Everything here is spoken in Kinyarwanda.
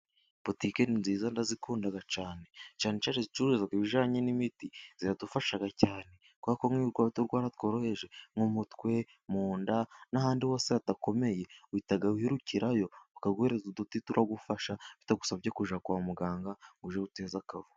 Botike ni nziza ndazikunda cyane, cyane cyane izicuruza ibijyanye n'imiti ziradufasha cyane kubera ko nkiyo urwaye uturwara tworoheje nk'umutwe, munda n'ahandi hose hadakomeye uhita wirukirayo bakaguhereza uduti turagufasha bitagusabye kuzajya kwa muganga ujye guteza akavuyo.